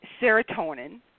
serotonin